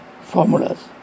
formulas